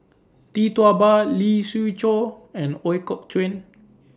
Tee Tua Ba Lee Siew Choh and Ooi Kok Chuen